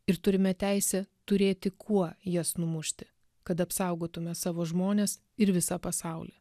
ir turime teisę turėti kuo jas numušti kad apsaugotumėme savo žmones ir visą pasaulį